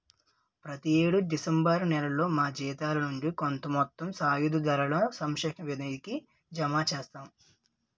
ప్రతి యేడు డిసెంబర్ నేలలో మా జీతాల నుండి కొంత మొత్తం సాయుధ దళాల సంక్షేమ నిధికి జమ చేస్తాము